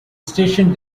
stationed